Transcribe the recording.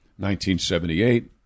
1978